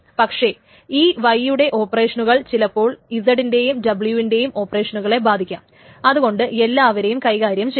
പക്ഷേ ഈ y യുടെ ഓപ്പറേഷനുകൾ ചിലപ്പോൾ z ൻറെയും w ൻറെയും ഓപ്പറേഷനുകളെ ബാധിക്കാം അതുകൊണ്ട് എല്ലാവരെയും കൈകാര്യം ചെയ്യണം